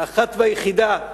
האחת והיחידה,